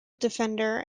defender